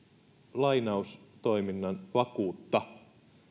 lainaustoiminnan vakuutta